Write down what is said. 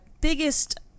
biggest